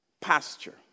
pasture